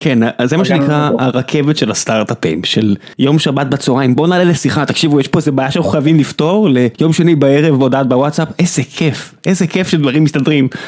כן, אז זה מה שנקרא הרכבת של הסטארט-אפים. של, יום שבת בצהריים, בוא נעלה לשיחה, תקשיבו, יש פה איזה בעיה שאנחנו חייבים לפתור, ליום שני בערב הודעה בוואטסאפ, איזה כיף, איזה כיף שדברים מסתדרים.